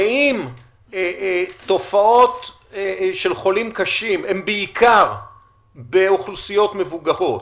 ואם תופעות של חולים קשים הם בעיקר באוכלוסיות מבוגרות,